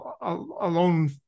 alone